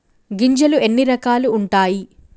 గింజలు ఎన్ని రకాలు ఉంటాయి?